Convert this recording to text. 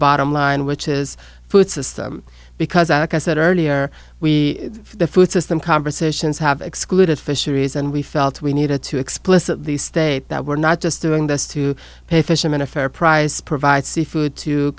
bottom line which is food system because i said earlier we the food system conversations have exclude fisheries and we felt we needed to explicitly state that we're not just doing this to pay fishermen a fair price provide seafood to